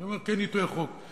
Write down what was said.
אני אומר: כן עיתוי החוק.